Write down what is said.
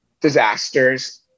disasters